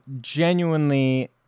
genuinely